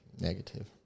Negative